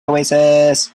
oasis